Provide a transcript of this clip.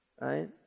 right